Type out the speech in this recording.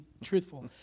truthful